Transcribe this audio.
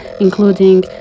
including